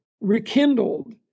rekindled